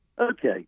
Okay